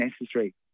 necessary